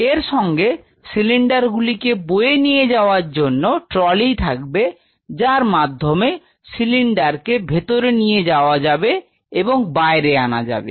এর সঙ্গে সিলিন্ডার গুলিকে বয়ে নিয়ে যাওয়ার জন্য ট্রলি থাকবে যার মাধ্যমে সিলিন্ডার কে ভেতরে নিয়ে যাওয়া যাবে এবং বাইরে আনা যাবে